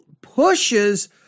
pushes